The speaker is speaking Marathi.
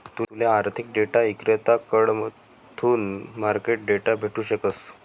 तूले आर्थिक डेटा इक्रेताकडथून मार्केट डेटा भेटू शकस